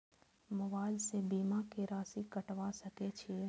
Mobile से बीमा के राशि कटवा सके छिऐ?